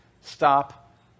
stop